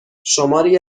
شماری